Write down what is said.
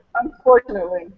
Unfortunately